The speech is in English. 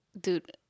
dude